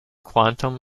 quantum